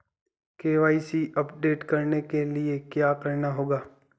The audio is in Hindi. के.वाई.सी अपडेट करने के लिए क्या करना होगा?